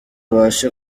ubashe